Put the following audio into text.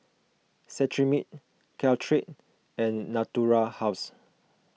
Cetrimide Caltrate and Natura House